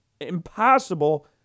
impossible